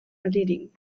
erledigen